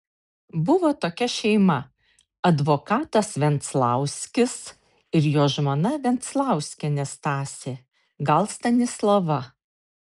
buvo tokia šeima advokatas venclauskis ir jo žmona venclauskienė stasė gal stanislava